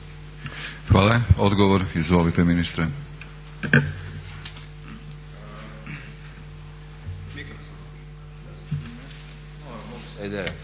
Hvala. Odgovor, izvolite ministre.